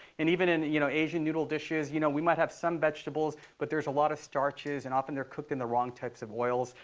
and even in you know asian noodle dishes, you know we might have some vegetables. but there's a lot of starches, and often they're cooked in the wrong types of oils.